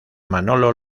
manolo